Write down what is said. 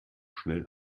schnell